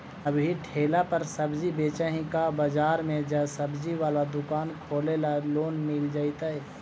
अभी ठेला पर सब्जी बेच ही का बाजार में ज्सबजी बाला दुकान खोले ल लोन मिल जईतै?